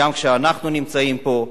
גם כשאנחנו נמצאים פה.